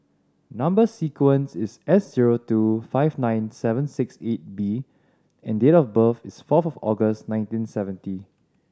number sequence is S zero two five nine seven six eight D and date of birth is four of August nineteen seventy